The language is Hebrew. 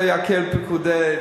ויקהל פקודי,